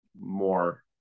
more